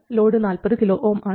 load 40 kΩ ആണ്